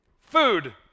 Food